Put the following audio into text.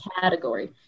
category